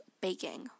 baking